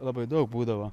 labai daug būdavo